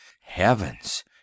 Heavens